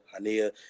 Hania